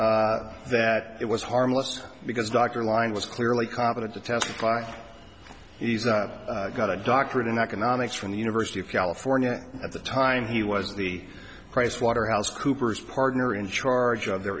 that it was harmless because dr line was clearly competent to testify he's got a doctorate in economics from the university of california at the time he was the pricewaterhouse coopers partner in charge of their